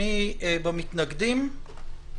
מי במתנגדים?